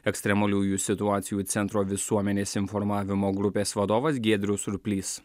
ekstremaliųjų situacijų centro visuomenės informavimo grupės vadovas giedrius surplys